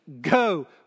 go